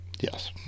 Yes